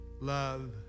love